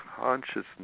consciousness